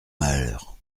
mahaleur